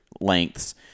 lengths